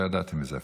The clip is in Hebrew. לא ידעתי מזה אפילו,